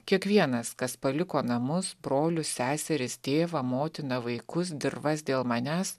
kiekvienas kas paliko namus brolius seseris tėvą motiną vaikus dirvas dėl manęs